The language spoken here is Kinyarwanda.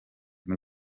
muri